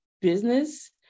business